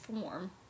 form